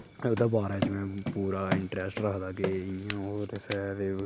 एह्दे बारे च में पूरा इंटरैस्ट रखदा कि इ'यां ओह् ते सैह् ते